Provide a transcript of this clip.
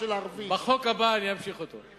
בחוק הבא אמשיך את השיעור.